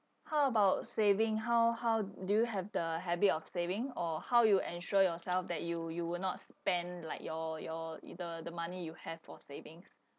how about saving how how do you have the habit of saving or how you ensure yourself that you you will not spend like your your either the money you have for savings